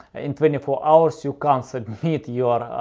in twenty four hours, you can't submit your